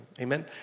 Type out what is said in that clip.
amen